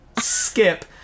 Skip